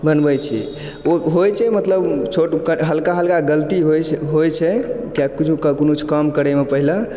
बनबय छी ओ होइ छै मतलब छोट हल्का हल्का गलती होइत छै होइत छै किआकि कुछ कोनो काम करयमे पहिले